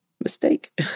Mistake